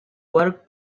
worked